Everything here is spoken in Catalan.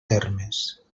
termes